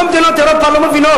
כל מדינות אירופה לא מבינות,